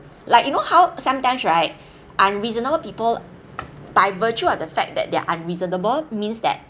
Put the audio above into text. like you know how sometimes right unreasonable people by virtue of the fact that they're unreasonable means that